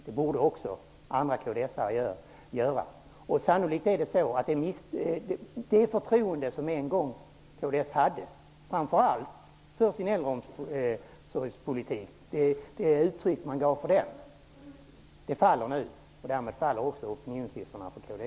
Det borde andra kristdemokrater också göra. Sannolikt är det så att det förtroende kds en gång hade, framför allt för sin äldreomsorgspolitik, faller nu. Därmed faller också opinionssiffrorna för kds.